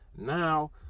now